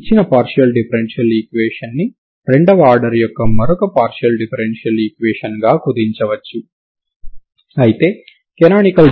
కాబట్టి మీకు semi infinity line మీద సెమీ ఇన్ఫినిటీ వేవ్ ఈక్వేషన్ ఇచ్చినట్లయితే ప్రాథమిక సమాచారం గా